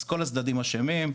אז כל הצדדים אשמים,